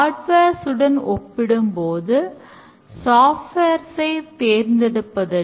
feedback பொறுத்து வடிவமைப்பானது code உடன் சேர்க்கப்படுகிறது